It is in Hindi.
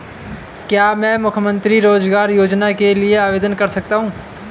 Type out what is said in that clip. क्या मैं मुख्यमंत्री रोज़गार योजना के लिए आवेदन कर सकता हूँ?